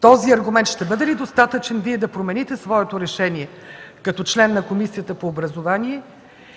този аргумент ще бъде ли достатъчен Вие да промените решението си като член на Комисията по образование,